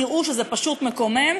תראו שזה פשוט מקומם,